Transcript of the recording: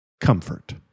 comfort